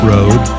Road